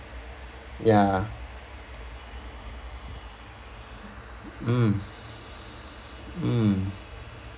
ya mm mm